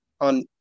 on